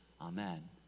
Amen